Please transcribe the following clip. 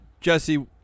Jesse